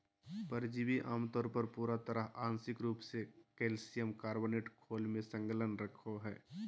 परिजीवी आमतौर पर पूरा तरह आंशिक रूप से कइल्शियम कार्बोनेट खोल में संलग्न रहो हइ